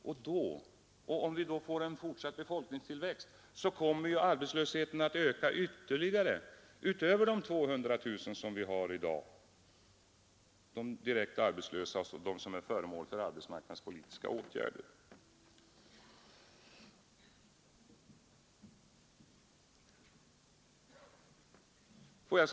Och om vi då får en fortsatt befolkningstillväxt kommer ju arbetslösheten att öka ytterligare utöver de 200 000 direkt arbetslösa, de som är föremål för arbetsmarknadspolitiska åtgärder, som vi har i dag.